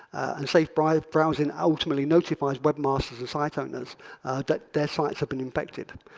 and safe browsing browsing ultimately notifies webmasters of site owners that their sites have been infected.